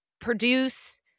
produce